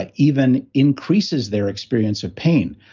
ah even increases their experience of pain.